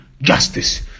justice